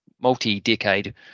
multi-decade